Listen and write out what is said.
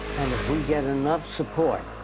and if we get enough support,